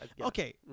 Okay